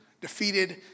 defeated